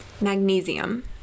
magnesium